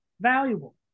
valuable